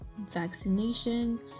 vaccination